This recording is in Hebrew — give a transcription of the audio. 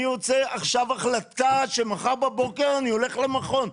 אני רוצה עכשיו החלטה שמחר בבוקר אני הולך למכון.